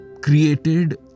created